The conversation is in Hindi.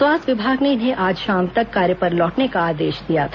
स्वास्थ्य विभाग ने इन्हें आज शाम तक कार्य पर लौटने का आदेश दिया था